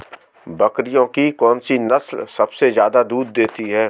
बकरियों की कौन सी नस्ल सबसे ज्यादा दूध देती है?